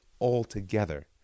altogether